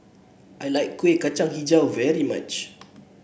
I like Kueh Kacang hijau very much